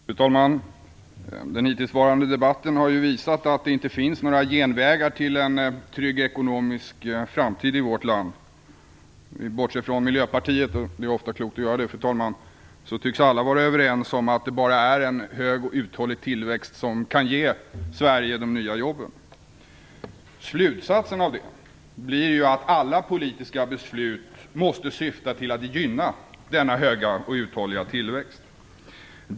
Fru talman! Den hittillsvarande debatten har visat att det inte finns några genvägar till en trygg ekonomisk framtid i vårt land. Om man bortser från Miljöpartiet, och det är ofta klokt att göra det, fru talman, tycks alla vara överens om att det bara är en hög och uthållig tillväxt som kan ge Sverige de nya jobben. Slutsatsen av det blir att alla politiska beslut måste syfta till att gynna denna höga och uthålliga tillväxt.